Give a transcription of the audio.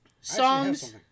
songs